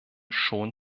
schon